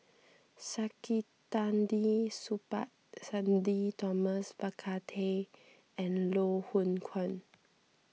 Saktiandi Supaat Sudhir Thomas Vadaketh and Loh Hoong Kwan